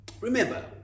Remember